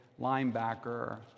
linebacker